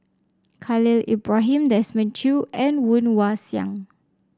Khalil Ibrahim Desmond Choo and Woon Wah Siang